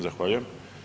Zahvaljujem.